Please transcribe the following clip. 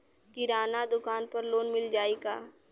किराना दुकान पर लोन मिल जाई का?